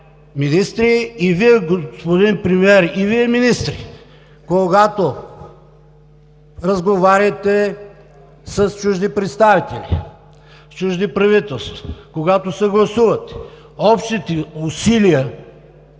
българите! Уважаеми господин Премиер и Вие министри, когато разговаряте с чужди представители, с чужди правителства, когато съгласувате общите усилия